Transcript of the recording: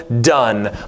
done